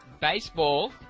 Baseball